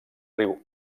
riu